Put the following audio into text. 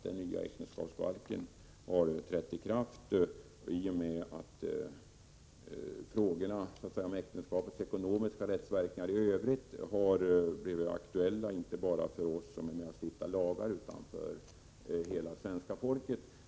Den nya äktenskapsbalken har nu trätt i kraft och frågorna om äktenskapets ekonomiska rättsverkningar i övrigt har blivit aktuella — inte bara för oss som stiftar lagar utan för hela det svenska folket.